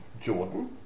Jordan